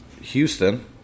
Houston